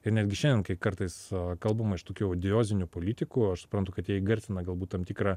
ir netgi šiandien kai kartais kalbama iš tokių odiozinių politikų aš suprantu kad jie įgarsina galbūt tam tikrą